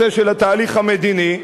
והנושא של התהליך המדיני,